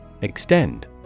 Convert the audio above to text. Extend